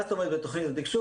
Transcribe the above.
מה זאת אומרת בתוכנית התקשוב?